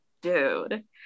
dude